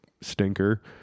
stinker